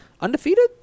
undefeated